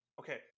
Okay